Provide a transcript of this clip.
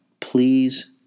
Please